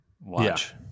watch